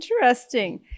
Interesting